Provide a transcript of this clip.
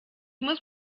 muss